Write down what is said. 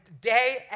day